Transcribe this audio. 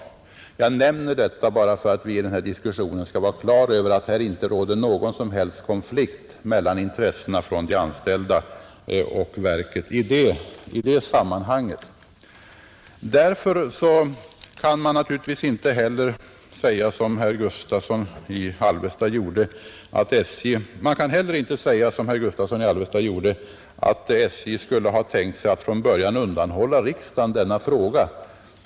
Jag nämner detta bara för att vi i denna diskussion skall vara klara över att här inte råder någon som helst konflikt mellan de anställdas intressen och verket i det sammanhanget. Man kan inte heller säga, som herr Gustavsson i Alvesta gjorde, att SJ skulle ha tänkt sig att från början undanhålla riksdagen denna fråga.